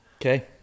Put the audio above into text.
Okay